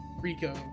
Rico